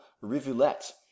rivulet